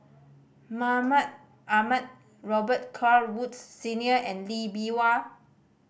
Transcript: Mahmud Ahmad Robet Carr Woods Senior and Lee Bee Wah